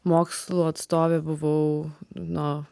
mokslų atstovė buvau nuo